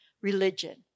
religion